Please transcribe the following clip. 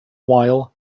while